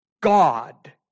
God